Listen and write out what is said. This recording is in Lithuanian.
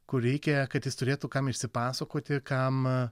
kur reikia kad jis turėtų kam išsipasakoti kam